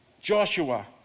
Joshua